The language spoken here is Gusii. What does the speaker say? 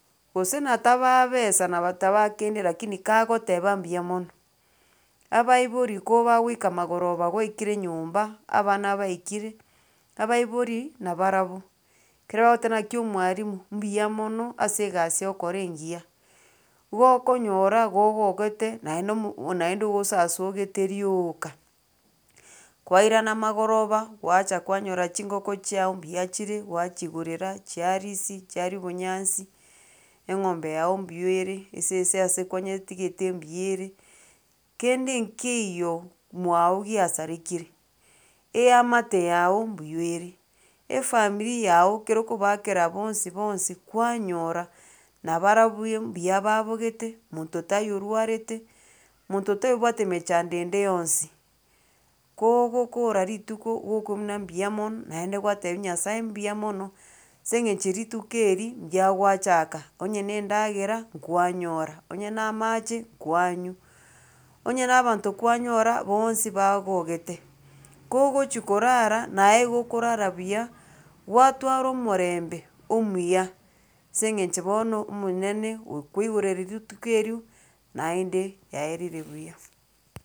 Gose natabaa besa nabatabaa kende lakini kagoteba mbuya mono abaibori ko bagoika magoroba gwaikire nyomba abana baikire abaibori nabarabwo, kero bagoteba naki omwarimu mbuya mono ase egasi ogokora engiya, igo okonyora gogogete naende mo naende osasogete rioooka. Kwairana magoroba gwacha kwanyora chingoko chiago mbuya chire, gwachiigorera chiarisi chiaria obonyansi, eng'ombe yago mbuyere, esese ase kwanyetigete mbuya ere, kende nkeiyo mwago giasarekire. Eamate yago mbuya ere, efamiri yago kero okobaakera bonsi bonsi kwanyora nabarabwo ebuya mbabogete monto taiyo orwarete monto taiyo obwate mechando ende yonsi. Kogokora rituko gokoigwa muna mbuya mono naende gwatebi nyasaye mbuya mono ase eng'enche rituko eri mbuya gwachaka, onye na endagera nkwanyora, onye na amache kwanywa, onye na abanto kwanyora bonsi bagogete, kogochia korara naye gokorara buya gwatwara omorembe omuya ase eng'enche bono omonene okoigureri rituko erio, naende yaerire buya,